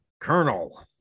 Colonel